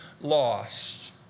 lost